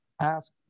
ask